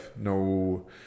no